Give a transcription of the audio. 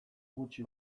gutxi